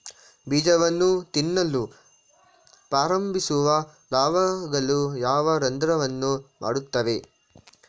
ಬೀಜವನ್ನು ತಿನ್ನಲು ಪ್ರಾರಂಭಿಸುವ ಲಾರ್ವಾಗಳು ಯಾವ ರಂಧ್ರವನ್ನು ಮಾಡುತ್ತವೆ?